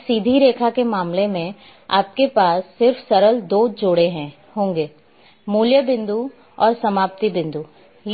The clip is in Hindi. एक सीधी रेखा के मामले में आपके पास सिर्फ सरल दो जोड़े होंगे मूल्य बिंदु और समाप्ति बिंदु